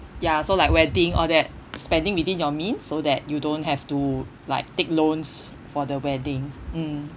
ya so like wedding all that spending within your means so that you don't have to like take loans for the wedding mm